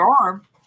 arm